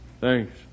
Thanks